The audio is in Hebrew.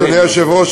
אדוני היושב-ראש,